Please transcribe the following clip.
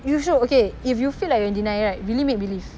you sure okay if you feel like you in denial right really make believe